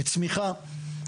לצמיחה,